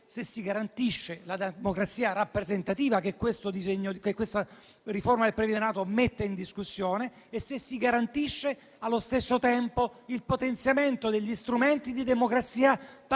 se si garantisce la democrazia rappresentativa, che questa riforma del premierato mette in discussione, e se si garantisce allo stesso tempo il potenziamento degli strumenti di democrazia partecipativa.